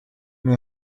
know